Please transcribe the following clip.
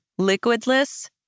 liquidless